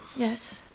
yes.